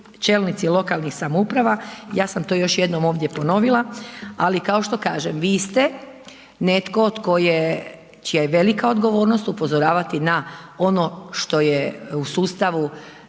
čelnici lokalnih samouprava, ja sam to još jednom ovdje ponovila ali kao što kažem, vi ste netko čija je velika odgovornost upozoravati na ono što je u sustavu